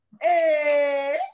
Hey